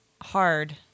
hard